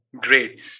Great